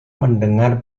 mendengar